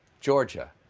georgia.